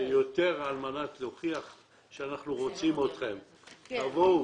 יותר על מנת להוכיח - אנחנו רוצים אתכם, תבואו,